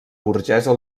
burgesa